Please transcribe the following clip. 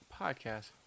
podcast